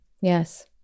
Yes